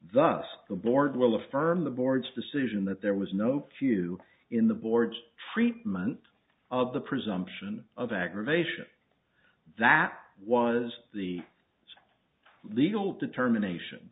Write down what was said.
thus the board will affirm the board's decision that there was no q in the board's treatment of the presumption of aggravation that was the legal determination